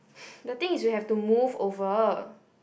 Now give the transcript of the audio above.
the thing is we have to move over